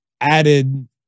added